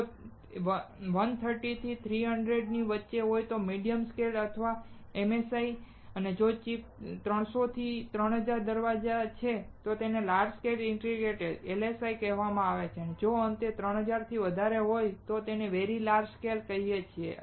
જો તે 130 થી 300 ની છે તો તે મીડીયમ સ્કેલ ઇન્ટીગ્રેશન અથવા MSI છે જો તે ચિપ દીઠ 300 થી 3000 દરવાજા છે તો તેને લાર્જ સ્કેલ ઇન્ટીગ્રેશન અથવા LSI કહેવામાં આવે છે અને અંતે જો તે 3000 કરતા વધારે હોય તો આપણે તેને વેરી લાર્જ સ્કેલ ઇન્ટીગ્રેશન કહીએ છીએ